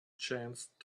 chance